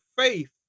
faith